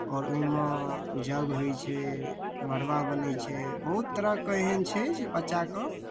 आओर ओहिमे यग होइ छै मड़वा बनै छै बहुत तरहके एहन छै जे बच्चाके